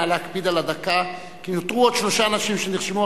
נא להקפיד על הדקה כי נותרו עוד שלושה אנשים שנרשמו.